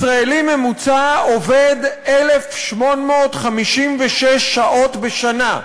ישראלי ממוצע עובד 1,856 שעות בשנה,